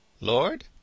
Lord